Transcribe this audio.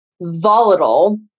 volatile